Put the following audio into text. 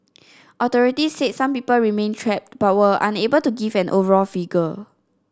authority said some people remained trapped but were unable to give an overall figure